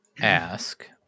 ask